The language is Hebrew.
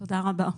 תודה רבה.